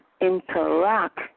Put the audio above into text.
interact